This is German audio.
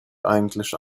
eigentlich